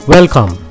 Welcome